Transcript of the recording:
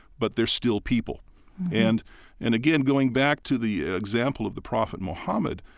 but they're still people and and again, going back to the example of the prophet muhammad,